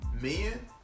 Men